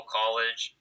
college